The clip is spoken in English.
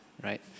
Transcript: right